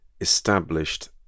established